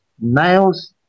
nails